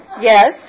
Yes